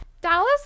dallas